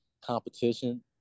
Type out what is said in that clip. competition